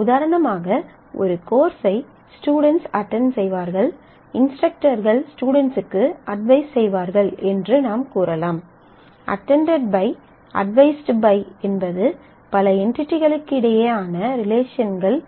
உதாரணமாக ஒரு கோர்ஸை ஸ்டுடென்ட்ஸ் அட்டென்ட் செய்வார்கள் இன்ஸ்டரக்டர்கள் ஸ்டுடென்ட்ஸுக்கு அட்வைஸ் செய்வார்கள் என்று நாம் கூறலாம் அட்டென்ட்டட் பை அட்வைஸ்டு பை என்பது பல என்டிடிகளுக்கிடையேயான ரிலேஷன்கள்